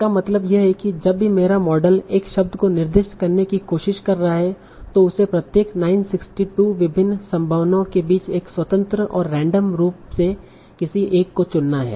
इसका मतलब यह है कि जब भी मेरा मॉडल एक शब्द को निर्दिष्ट करने की कोशिश कर रहा है तों उसे प्रत्येक 962 विभिन्न संभावनाओं के बीच एक स्वतंत्र और रैंडम रूप से किसी एक को चुनना है